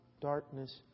darkness